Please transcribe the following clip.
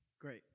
Great